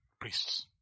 Priests